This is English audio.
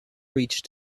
reached